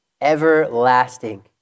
Everlasting